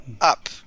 up